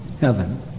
Heaven